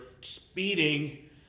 speeding